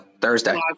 Thursday